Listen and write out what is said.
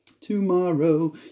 Tomorrow